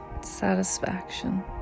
satisfaction